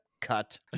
Cut